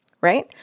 Right